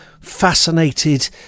fascinated